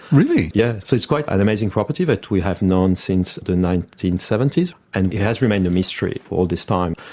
really? yes, so it's quite an amazing property that we have known since the nineteen seventy s and it has remained a mystery all this time.